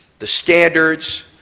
the standards,